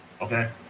okay